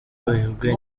uruguay